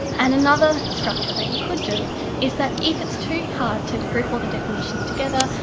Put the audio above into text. and another structure that you could do is that if it's too hard to group all the definitions together,